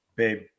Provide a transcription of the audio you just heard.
Babe